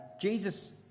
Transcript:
Jesus